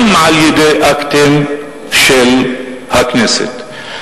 גם על-ידי אקטים של הכנסת.